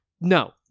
no